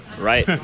Right